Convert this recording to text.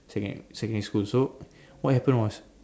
secon~ secondary school so what happen was